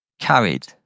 carried